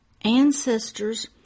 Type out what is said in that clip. ancestors